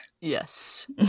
Yes